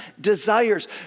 desires